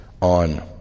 on